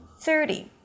thirty